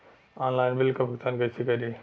Online bill क भुगतान कईसे करी?